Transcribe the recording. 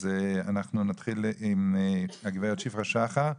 אז אנחנו נתחיל עם הגברת שפרה שחר.